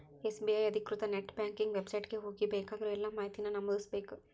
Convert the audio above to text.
SBI ಅಧಿಕೃತ net banking website ಗೆ ಹೋಗಿ ಬೇಕಾಗಿರೋ ಎಲ್ಲಾ ಮಾಹಿತಿನ ನಮೂದಿಸ್ಬೇಕ್